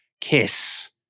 Kiss